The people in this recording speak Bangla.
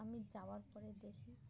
আমি যাওয়ার পরে দেখি